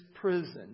prison